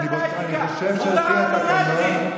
הוא קרא לנו "נאצים".